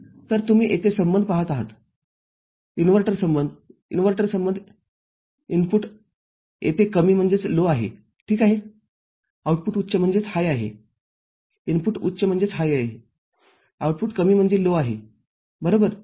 तरतुम्ही येथे संबंध पाहत आहात इन्व्हर्टरसंबंधइनव्हर्जनसंबंध इनपुट येथे कमी आहे ठीक आहेआउटपुट उच्च आहे इनपुट उच्च आहेआउटपुट कमी आहे बरोबर